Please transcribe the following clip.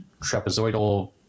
trapezoidal